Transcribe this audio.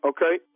Okay